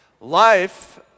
Life